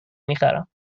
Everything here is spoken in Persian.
میخرم